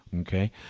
okay